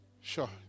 Sure